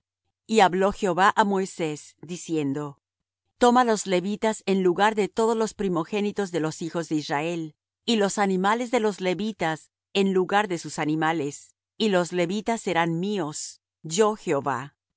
y habló jehová á moisés diciendo toma los levitas en lugar de todos los primogénitos de los hijos de israel y los animales de los levitas en lugar de sus animales y los levitas serán míos yo jehová